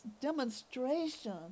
demonstration